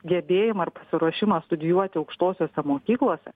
gebėjimą ar pasiruošimą studijuoti aukštosiose mokyklose